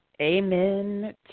Amen